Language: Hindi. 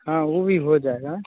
हाँ वो भी हो जाएगा